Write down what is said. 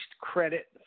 credit